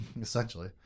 essentially